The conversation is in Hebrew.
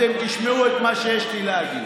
אתם תשמעו את מה שיש לי להגיד.